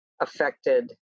affected